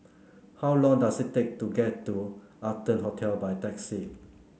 how long does it take to get to Arton Hotel by taxi